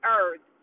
earth